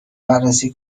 بررسی